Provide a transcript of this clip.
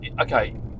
Okay